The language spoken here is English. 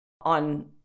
on